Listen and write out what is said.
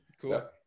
cool